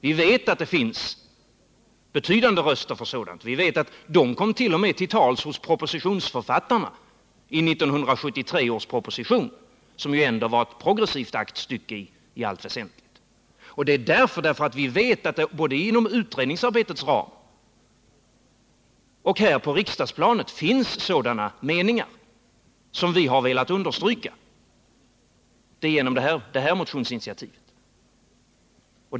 Vi vet att det finns röster för sådant — de kom till och med till tals hos författarna till 1973 års proposition, som ändå i allt väsentligt var ett progressivt aktstycke. Det är för att vi vet att det både inom utredningsarbetets ram och här på riksdagsplanet finns sådana meningar som vi genom det här motionsinitiativet har velat understryka kravet på juridiskt likställande av olika samlevnadsformer.